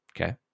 Okay